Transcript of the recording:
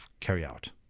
carryout